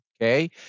okay